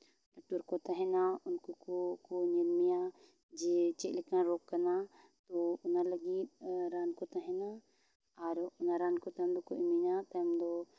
doctor ᱠᱚ ᱛᱟᱦᱮᱱᱟ ᱩᱱᱠᱩ ᱠᱚ ᱧᱮᱞ ᱢᱮᱭᱟ ᱡᱮ ᱪᱮᱫ ᱞᱮᱠᱟᱱ ᱨᱳᱜᱽ ᱠᱟᱱᱟ ᱛᱚ ᱚᱱᱟ ᱞᱟᱹᱜᱤᱫ ᱨᱟᱱ ᱠᱚ ᱛᱟᱦᱮᱱᱟ ᱟᱨ ᱚᱱᱟ ᱠᱚ ᱛᱟᱭᱚᱢ ᱫᱚᱠᱚ ᱮᱢᱟᱹᱧᱟ ᱚᱱᱟ ᱛᱟᱭᱚᱢ ᱫᱚ